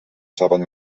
saben